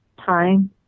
time